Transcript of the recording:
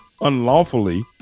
unlawfully